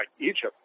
Egypt